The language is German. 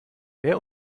wer